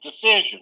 decision